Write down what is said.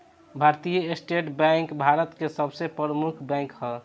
भारतीय state bank Bharat के सबसे प्रमुख बैंक ह